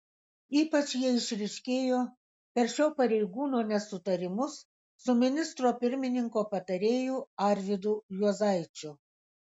ypač jie išryškėjo per šio pareigūno nesutarimus su ministro pirmininko patarėju arvydu juozaičiu